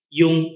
yung